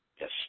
yes